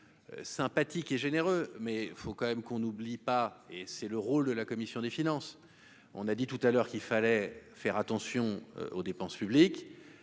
sympathique et généreux mais faut quand même qu'on n'oublie pas et c'est le rôle de la commission des finances, on a dit tout à l'heure qu'il fallait faire attention aux dépenses publiques,